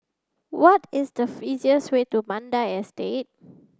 what is the easiest way to Mandai Estate